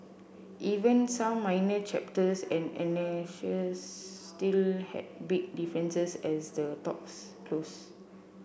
even some minor chapters and annexes still had big differences as the talks closed